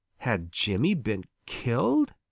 had jimmy been killed?